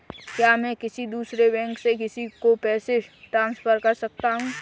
क्या मैं किसी दूसरे बैंक से किसी को पैसे ट्रांसफर कर सकता हूँ?